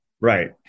Right